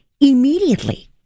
immediately